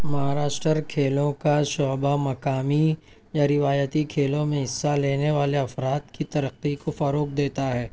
مہاراشٹر کھیلوں کا شعبہ مقامی یا روایتی کھیلوں میں حصہ لینے والے افراد کی ترقی کو فروغ دیتا ہے